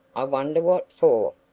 i wonder what for?